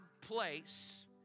place